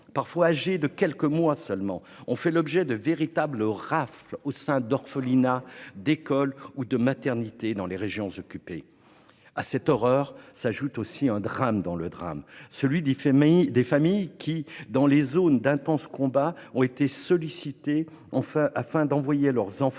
parfois âgés de quelques mois seulement, ont fait l'objet de véritables rafles au sein d'orphelinats, d'écoles et de maternités dans les régions occupées. Au milieu de cette horreur s'est ajouté un drame dans le drame : celui de familles qui, dans les zones d'intenses combats, ont été sollicitées afin d'envoyer leurs enfants